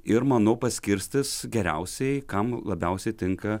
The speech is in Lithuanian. ir manau paskirstys geriausiai kam labiausiai tinka